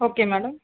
okay madam